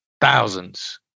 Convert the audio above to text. thousands